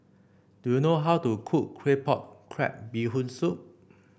do you know how to cook Claypot Crab Bee Hoon Soup